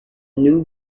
new